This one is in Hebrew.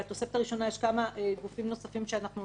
בתוספת הראשונה יש כמה גופים נוספים שאנחנו